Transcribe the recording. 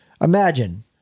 Imagine